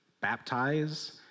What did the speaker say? baptize